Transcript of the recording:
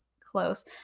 close